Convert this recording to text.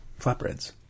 flatbreads